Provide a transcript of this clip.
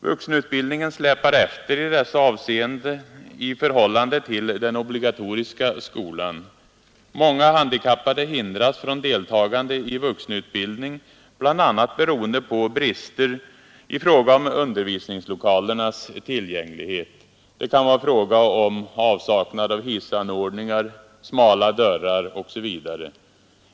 Vuxenutbildningen släpar efter i dessa avseenden i förhållande till den obligatoriska skolan. Många handikappade hindras från deltagande i vuxenutbildningen, bl.a. beroende på brister i fråga om undervisningslokalernas tillgänglighet. Det kan vara fråga om avsaknad av hissanordningar, förekomsten av smala dörrar osv.